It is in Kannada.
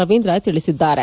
ರವೀಂದ್ರ ತಿಳಿಸಿದ್ದಾರೆ